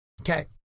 Okay